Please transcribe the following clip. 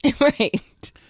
Right